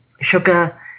sugar